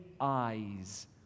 eyes